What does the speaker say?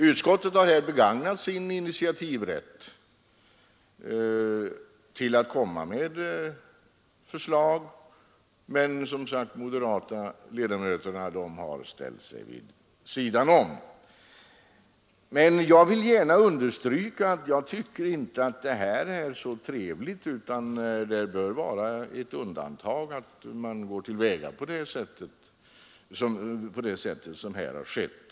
Utskottet har här begagnat sin initiativrätt och kommit med förslag, men de moderata ledamöterna har som sagt ställt sig vid sidan om. Jag vill gärna understryka att jag inte tycker att detta är så trevligt. Det bör vara ett undantag att man går till väga på det sätt som här har skett.